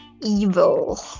evil